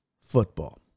football